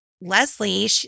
Leslie